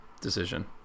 decision